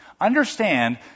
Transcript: Understand